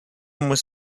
muss